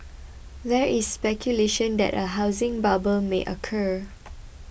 there is speculation that a housing bubble may occur